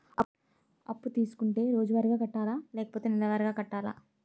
అప్పు తీసుకుంటే రోజువారిగా కట్టాలా? లేకపోతే నెలవారీగా కట్టాలా?